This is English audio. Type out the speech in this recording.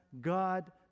God